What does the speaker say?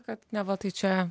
kad neva tai čia